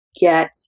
Get